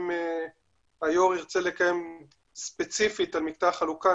אם היושב-ראש ירצה לקיים דיון ספציפי על מקטע החלוקה,